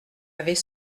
avait